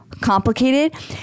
complicated